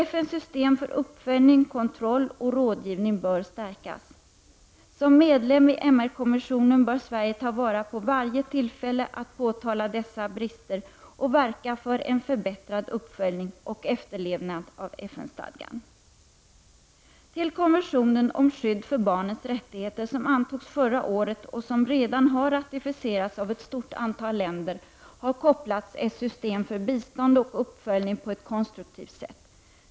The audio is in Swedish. FNs system för uppföljning, kontroll och rådgivning bör stärkas. Som medlem i MR-kommissionen bör Sverige ta vara på varje tillfälle att påtala dessa brister och verka för en förbättrad uppföljning och efterlevnad av FN-stadgan. Till konventionen om skydd för barnens rättigheter, som antogs förra året och som redan har ratificerats av ett stort antal länder, har kopplats ett system för bistånd och uppföljning på ett konstruktivt sätt.